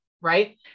right